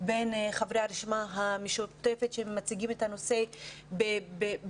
בין חברי הרשימה המשותפת שמציגים את הנושא בכוח,